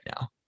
now